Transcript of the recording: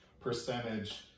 percentage